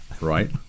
Right